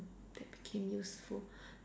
that became useful